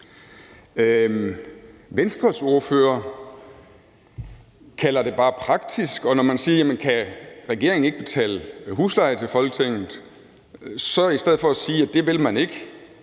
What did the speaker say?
Venstres ordfører kalder det bare praktisk, og når man spørger, om regeringen ikke kan betale husleje til Folketinget, så siger Venstres ordfører, i stedet for at sige, at det vil man ikke,